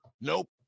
Nope